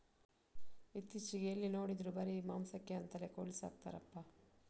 ಇತ್ತೀಚೆಗೆ ಎಲ್ಲಿ ನೋಡಿದ್ರೂ ಬರೀ ಮಾಂಸಕ್ಕೆ ಅಂತಲೇ ಕೋಳಿ ಸಾಕ್ತರಪ್ಪ